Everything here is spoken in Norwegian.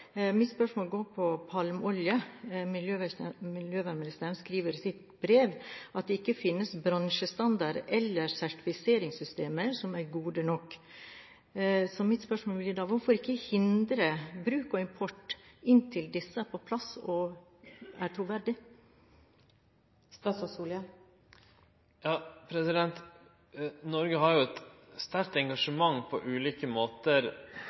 Mitt spørsmål går på palmeolje. Miljøvernministeren skriver i sitt brev at det ikke finnes bransjestandard eller sertifiseringssystemer som er gode nok. Mitt spørsmål blir da: Hvorfor ikke hindre bruk og import inntil disse er på plass og er